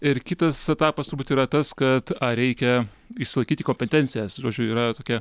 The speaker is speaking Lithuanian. ir kitas etapas turbūt yra tas kad ar reikia išsilaikyti kompetencijas žodžiu yra tokia